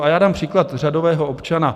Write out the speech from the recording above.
A já dám příklad řadového občana.